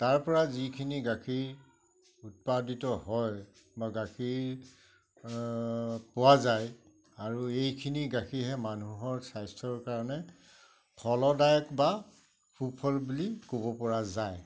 তাৰ পৰা যিখিনি গাখীৰ উৎপাদিত হয় বা গাখীৰ পোৱা যায় আৰু এইখিনি গাখীৰহে মানুহৰ স্বাস্থ্যৰ কাৰণে ফলদায়ক বা সুফল বুলি ক'ব পৰা যায়